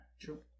True